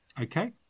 Okay